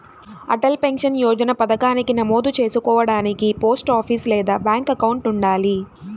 Atal pension Yojana పథకానికి నమోదు చేసుకోడానికి పోస్టాఫీస్ లేదా బ్యాంక్ అకౌంట్ ఉండాలి